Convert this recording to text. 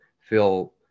feel